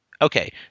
Okay